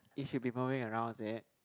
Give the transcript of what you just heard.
if you be moving around is it